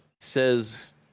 says